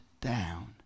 down